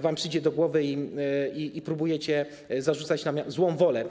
wam przyjdzie do głowy i próbujecie zarzucać nam złą wolę.